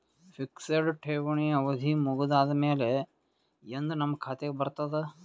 Fixed ಠೇವಣಿ ಅವಧಿ ಮುಗದ ಆದಮೇಲೆ ಎಂದ ನಮ್ಮ ಖಾತೆಗೆ ಬರತದ?